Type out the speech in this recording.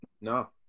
No